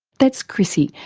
that's chrissie,